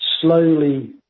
slowly